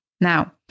Now